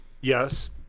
Yes